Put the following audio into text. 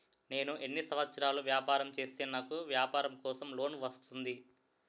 నేను ఎన్ని సంవత్సరాలు వ్యాపారం చేస్తే నాకు వ్యాపారం కోసం లోన్ వస్తుంది?